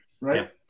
right